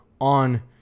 on